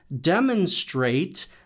demonstrate